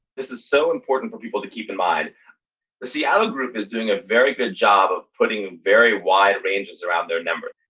this is so important for people to keep in mind. the seattle group is doing a very good job of putting very wide ranges around their number.